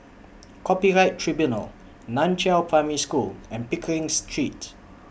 Copyright Tribunal NAN Chiau Primary School and Pickering Street